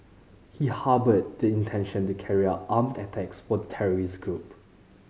he harboured the intention to carry out armed attacks for the terrorist group